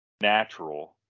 natural